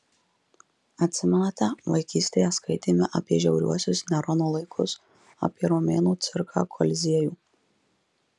atsimenate vaikystėje skaitėme apie žiauriuosius nerono laikus apie romėnų cirką koliziejų